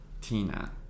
Tina